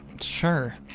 Sure